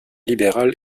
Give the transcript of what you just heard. libéral